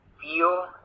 feel